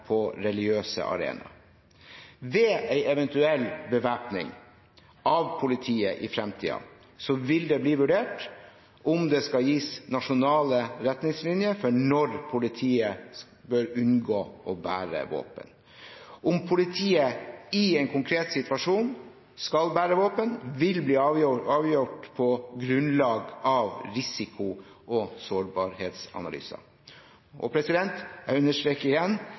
på religiøse arenaer. Ved en eventuell bevæpning av politiet i fremtiden vil det bli vurdert om det skal gis nasjonale retningslinjer for når politiet bør unngå å bære våpen. Om politiet i en konkret situasjon skal bære våpen, vil bli avgjort på grunnlag av risiko- og sårbarhetsanalyser. Jeg understreker igjen